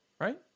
right